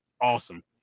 awesome